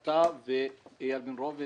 אתה ואייל בן ראובן